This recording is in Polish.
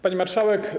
Pani Marszałek!